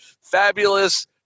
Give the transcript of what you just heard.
fabulous